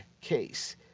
case